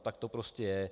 Tak to prostě je.